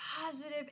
positive